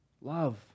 Love